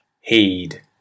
heed